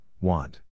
want